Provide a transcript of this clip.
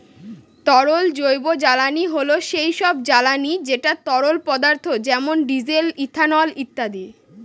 তরল জৈবজ্বালানী হল সেই সব জ্বালানি যেটা তরল পদার্থ যেমন ডিজেল, ইথানল ইত্যাদি